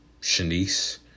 Shanice